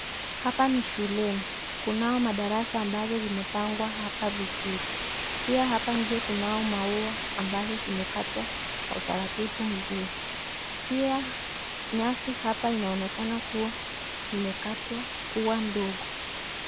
Hapa ni shuleni. Kunao madarasa ambazo zimepangwa hapa vizuri. Pia hapa nje kunao maua ambazo zimekatwa kwa utaratibu mzuri. Pia nyasi hapa inaonekana kuwa imekatwa kuwa ndogo.